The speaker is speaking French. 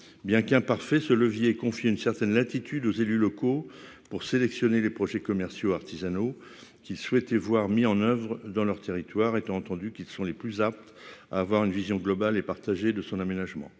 bien qu'imparfait, ce levier, confie une certaine latitude aux élus locaux pour sélectionner les projets commerciaux, artisanaux qui souhaitaient voir mis en oeuvre dans leur territoire et tu as entendu qui sont les plus aptes à avoir une vision globale et partagée de son aménagement,